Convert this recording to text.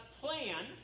plan